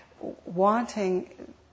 wanting